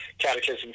catechism